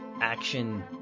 action